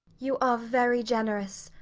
you are very generous.